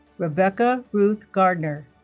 rebecca ruth gardner